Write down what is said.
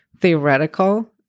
theoretical